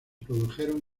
produjeron